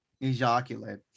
Ejaculate